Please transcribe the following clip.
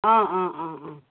অঁ অঁ অঁ অঁ